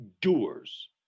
doers